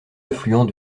affluent